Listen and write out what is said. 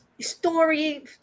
story